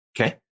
Okay